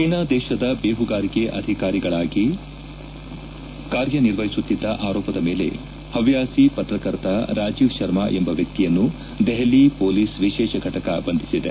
China ದೇಶದ ಬೇಪುಗಾರಿಕೆ ಅಧಿಕಾರಿಗಳಿಗಾಗಿ ಕಾರ್ಯನಿರ್ವಹಿಸುತ್ತಿದ್ದ ಆರೋಪದ ಮೇಲೆ ಪವ್ಹಾಸಿ ಪತ್ರಕರ್ತ ರಾಜೀವ್ ಶರ್ಮ ಎಂಬ ವ್ಯಕ್ತಿಯನ್ನು ದೆಹಲಿ ಮೊಲೀಸ್ ವಿಶೇಷ ಫಟಕ ಬಂಧಿಸಿದೆ